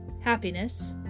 happiness